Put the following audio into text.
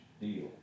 deal